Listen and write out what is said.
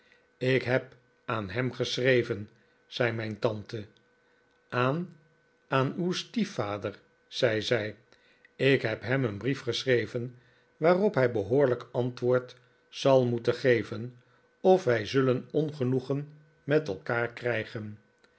ik neb aan hem geschreven zei mijn tante aan aan uw stiefvader zei zij ik heb hem een brief geschreven waarop hij behoorlijk antwoord zal moeten geven of wij zullen ongenoegen met elkaar krijgen